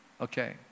Okay